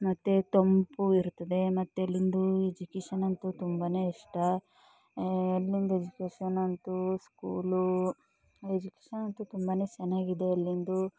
ಮತ್ತೆ ತಂಪು ಇರ್ತದೆ ಮತ್ತೆ ಅಲ್ಲಿಂದು ಎಜುಕೇಶನಂತೂ ತುಂಬನೇ ಇಷ್ಟ ಅಲ್ಲಿಂದು ಎಜುಕೇಶನಂತೂ ಸ್ಕೂಲು ಎಜುಕೇಶನಂತೂ ತುಂಬನೇ ಚೆನ್ನಾಗಿದೆ ಅಲ್ಲಿಂದು